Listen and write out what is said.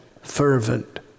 fervent